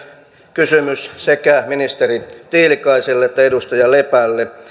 kysymys sekä ministeri tiilikaiselle että edustaja lepälle kun